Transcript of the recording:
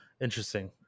Interesting